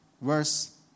verse